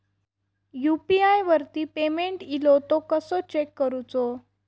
UPI वरती payment इलो तो कसो चेक करुचो?